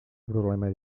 problema